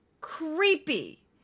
creepy